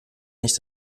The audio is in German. nicht